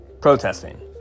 protesting